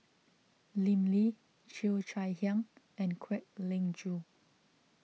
Lim Lee Cheo Chai Hiang and Kwek Leng Joo